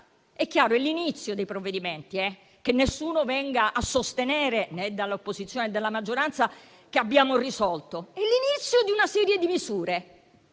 che siamo all'inizio dei provvedimenti e che nessuno venga a sostenere, né dall'opposizione né dalla maggioranza, che abbiamo risolto: siamo all'inizio di una serie di misure